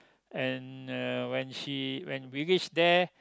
and uh when she when we reach there